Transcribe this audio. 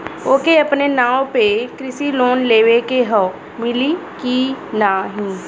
ओके अपने नाव पे कृषि लोन लेवे के हव मिली की ना ही?